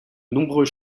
nombreux